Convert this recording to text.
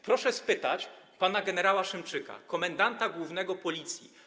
Proszę zapytać pana gen. Szymczyka, komendanta głównego Policji.